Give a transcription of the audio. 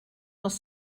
els